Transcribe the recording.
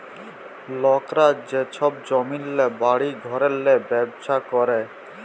লকরা যে ছব জমিল্লে, বাড়ি ঘরেল্লে ব্যবছা ক্যরে